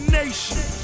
nation